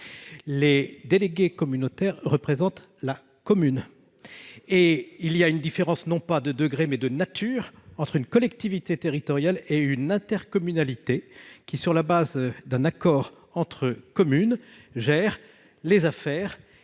Les délégués communautaires représentent la commune ! Il y a donc une différence, non pas de degré, mais de nature entre une collectivité territoriale et une intercommunalité, chargée, sur la base d'un accord entre communes, de gérer les affaires